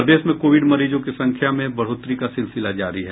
प्रदेश में कोविड मरीजों की संख्या में बढ़ोतरी का सिलसिला जारी है